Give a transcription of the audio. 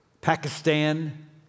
Pakistan